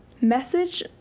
Message